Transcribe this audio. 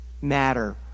matter